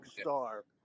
star